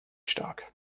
stark